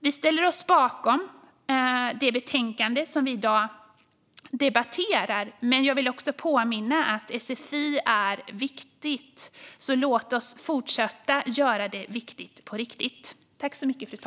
Vi ställer oss bakom det betänkande som vi i dag debatterar, men jag vill påminna om att sfi är viktigt, så låt oss fortsätta göra det viktigt på riktigt.